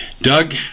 Doug